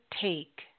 take